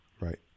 Right